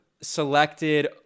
selected